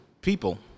people